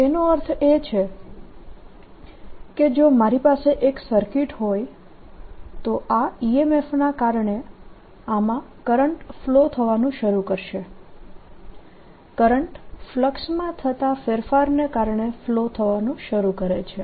તેનો અર્થ એ છે કે જો મારી પાસે એક સર્કિટ હોય તો આ EMF ના કારણે આમાં કરંટ ફ્લો થવાનું શરૂ કરશે કરંટ ફલક્સમાં થતા ફેરફાર ને કારણે ફ્લો થવાનું શરુ કરે છે